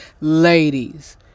ladies